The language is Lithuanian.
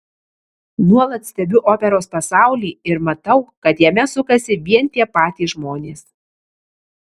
nuolat stebiu operos pasaulį ir matau kad jame sukasi vien tie patys žmonės